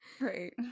Right